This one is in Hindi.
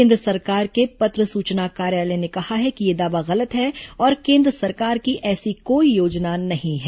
केंद्र सरकार के पत्र सूचना कार्यालय ने कहा है कि यह दावा गलत है और केन्द्र सरकार की ऐसी कोई योजना नहीं है